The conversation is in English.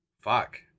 Fuck